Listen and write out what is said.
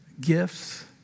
gifts